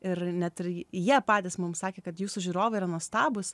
ir net ir jie patys mums sakė kad jūsų žiūrovai yra nuostabūs